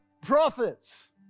prophets